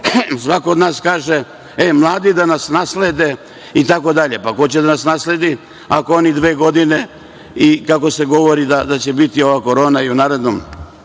svako od nas kaže - mladi da nas naslede itd. Pa, ko će da nas nasledi ako oni dve godine i kako se govori da će biti ova korona i u narednom